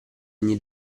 ogni